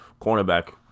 cornerback